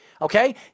Okay